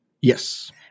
Yes